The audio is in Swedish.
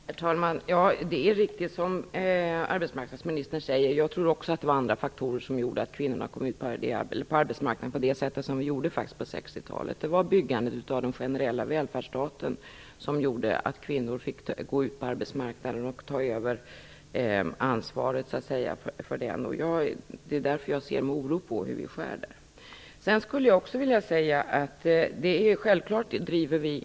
Herr talman! Det är riktigt som arbetsmarknadsministern säger - jag tror också att det var andra faktorer som gjorde att kvinnorna kom ut på arbetsmarknaden på det sätt som vi gjorde på 1960-talet. Det var byggandet av den generella välfärdsstaten som gjorde att kvinnor fick gå ut på arbetsmarknaden och så att säga ta över ansvaret för den. Det är därför jag ser med oro på hur vi skär där.